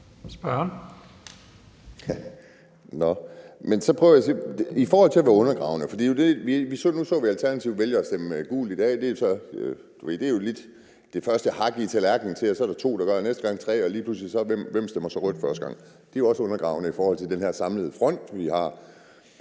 prøver jeg i forhold til det med at være undergravende. Nu så vi Alternativet vælge at stemme gult i dag. Det er lidt det første hak i tallerkenen: Så er der to, der gør det, næste gang er der tre, og lige pludselig handler det om, hvem der så stemmer rødt første gang. Det er jo også undergravende i forhold til den her samlede front, vi har.